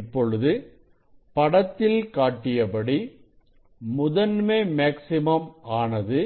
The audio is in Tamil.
இப்பொழுது படத்தில் காட்டியபடி முதன்மை மேக்ஸிமம் ஆனது